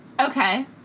Okay